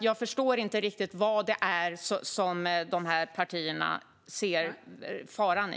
Jag förstår inte riktigt vad det är som de här partierna ser en fara i.